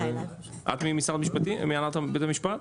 רק ממשרד המשפטים, מהנהלת בתי המשפט?